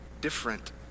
different